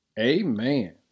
amen